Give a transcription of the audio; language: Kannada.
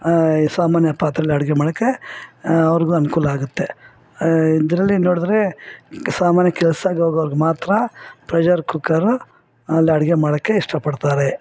ಈ ಸಾಮಾನ್ಯ ಪಾತ್ರೆಗಳಲ್ಲಿ ಅಡಿಗೆ ಮಾಡಕ್ಕೆ ಅವ್ರಿಗೂ ಅನುಕೂಲ ಆಗುತ್ತೆ ಇದರಲ್ಲಿ ನೋಡಿದ್ರೆ ಸಾಮಾನ್ಯ ಕೆಲಸಕ್ಕೋಗೋರ್ಗೆ ಮಾತ್ರ ಪ್ರೆಷರ್ ಕುಕ್ಕರು ಅಲ್ಲಿ ಅಡಿಗೆ ಮಾಡಕ್ಕೆ ಇಷ್ಟಪಡ್ತಾರೆ